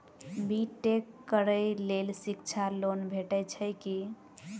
B Tech करै लेल शिक्षा लोन भेटय छै की?